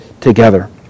together